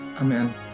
Amen